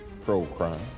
pro-crime